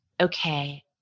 okay